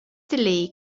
lee